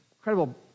incredible